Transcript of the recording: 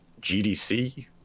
GDC